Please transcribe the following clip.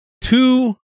two